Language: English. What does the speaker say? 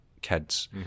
kids